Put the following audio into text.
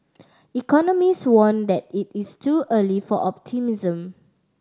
economists warned that it is too early for optimism